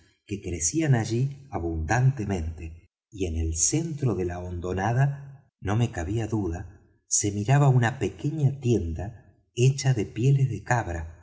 que crecían allí abundantemente y en el centro de la hondonada no me cabía duda se miraba una pequeña tienda hecha de pieles de cabra